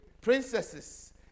princesses